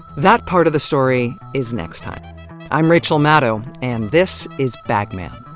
that part of the story. is next time i'm rachel maddow, and this is bag man